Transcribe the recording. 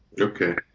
Okay